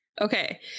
Okay